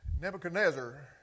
Nebuchadnezzar